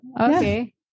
Okay